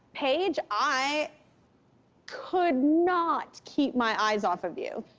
payge, i could not keep my eyes off of you.